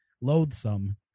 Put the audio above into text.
loathsome